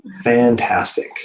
Fantastic